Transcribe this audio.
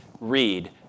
read